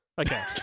Okay